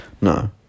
No